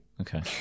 Okay